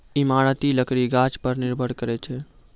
इमारती लकड़ी गाछ पर निर्भर करै छै